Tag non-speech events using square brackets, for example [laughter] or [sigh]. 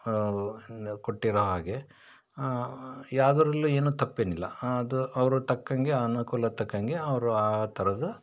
[unintelligible] ಕೊಟ್ಟಿರೋ ಹಾಗೆ ಯಾವ್ದ್ರಲ್ಲೂ ಏನೂ ತಪ್ಪೇನಿಲ್ಲ ಅದು ಅವ್ರಿಗ್ ತಕ್ಕಂಗೆ ಅನುಕೂಲಕ್ಕೆ ತಕ್ಕಂಗೆ ಅವರು ಆ ಥರದ್ದು